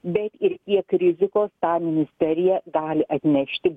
bet ir kiek rizikos ta ministerija gali atnešti